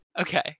Okay